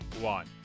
one